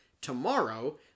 tomorrow